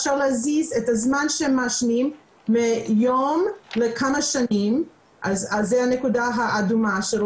אפשר להזיז את הזמן שמעשנים מיום לכמה שנים וזו הנקודה האדומה.